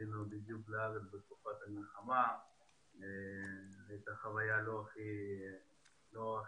עלינו לארץ בתקופת המלחמה וזו הייתה חוויה לא הכי טובה,